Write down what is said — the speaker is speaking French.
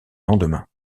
lendemain